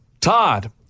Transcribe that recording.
Todd